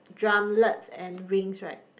drumlets and wings right